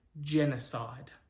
genocide